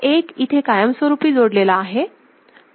हा एक इथे कायमस्वरूपी जोडलेला आहे